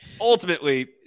ultimately